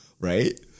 right